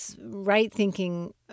right-thinking